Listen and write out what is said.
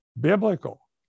biblical